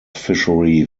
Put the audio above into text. fishery